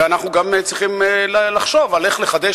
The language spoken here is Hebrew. ואנחנו גם צריכים לחשוב על איך לחדש